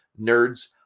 Nerds